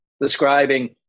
describing